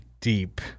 deep